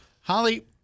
Holly